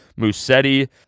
Musetti